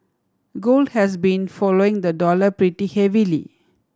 gold has been following the dollar pretty heavily